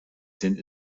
sind